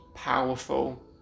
powerful